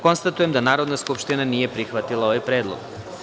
Konstatujem da Narodna skupština nije prihvatila ovaj Predlog.